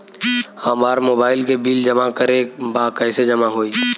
हमार मोबाइल के बिल जमा करे बा कैसे जमा होई?